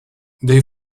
they